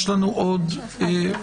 יש לנו עוד הערות?